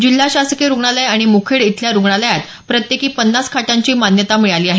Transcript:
जिल्हा शासकीय रुग्णालय आणि मुखेड इथल्या रूग्णालयात प्रत्येकी पन्नास खाटांची मान्यता मिळाली आहे